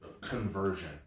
conversion